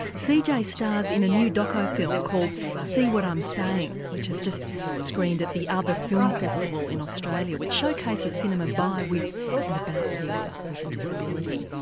cj stars in a new doco film called see what i'm saying, which has just screened at the other film festival in australia which showcases cinema by, with and about people with a disability.